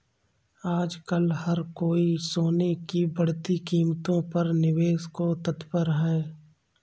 आजकल हर कोई सोने की बढ़ती कीमतों पर निवेश को तत्पर है